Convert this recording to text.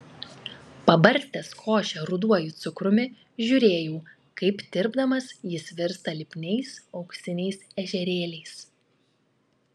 pabarstęs košę ruduoju cukrumi žiūrėjau kaip tirpdamas jis virsta lipniais auksiniais ežerėliais